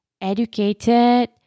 educated